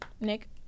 nick